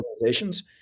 organizations